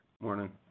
Morning